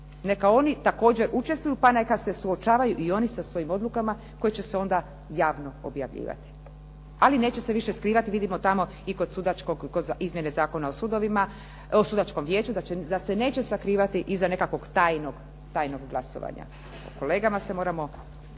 Neka oni također učestvuju pa neka se suočavaju i oni sa svojim odlukama koje će se onda javno objavljivati. Ali neće se više skrivati vidimo tako i kod izmjene Zakona o sudačkom vijeću da se neće sakrivati iza nekakvog tajnog glasovanja. O kolegama se moramo